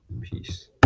peace